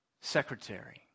secretary